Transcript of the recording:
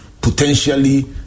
potentially